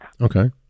Okay